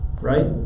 Right